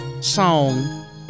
song